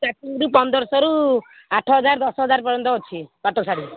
ଷ୍ଟାର୍ଟିଂରୁ ପନ୍ଦରଶହରୁ ଆଠ ହଜାର ଦଶ ହଜାର ପର୍ଯ୍ୟନ୍ତ ଅଛି ପାଟ ଶାଢ଼ୀ